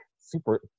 super